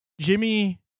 Jimmy